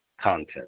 content